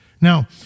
Now